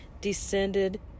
descended